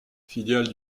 filiale